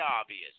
obvious